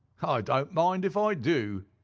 i don't mind if i do,